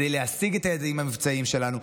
כדי להשיג את היעדים המבצעיים שלנו.